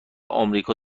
امریکا